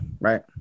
right